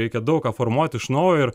reikia daug ką formuot iš naujo ir